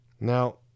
Now